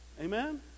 amen